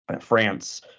France